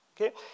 Okay